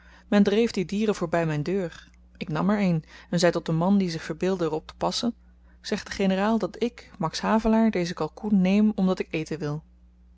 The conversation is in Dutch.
men dreef die dieren voorby myn deur ik nam er een en zei tot den man die zich verbeeldde er op te passen zeg den generaal dat ik max havelaar dezen kalkoen neem omdat ik eten wil